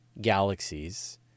galaxies